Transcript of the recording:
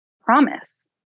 promise